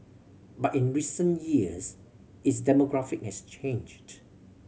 but in recent years its demographic has changed